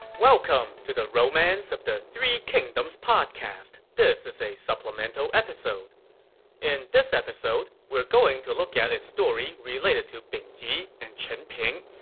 welcome to the romance of the three kingdoms podcast. this is a supplemental episode in this episode, we're going to look at a story related to bing ji and chen ping,